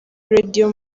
radio